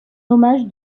hommage